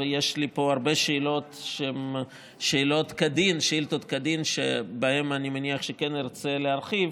ויש לי פה הרבה שאלות שהן שאילתות כדין שבהן אני מניח שכן ארצה להרחיב,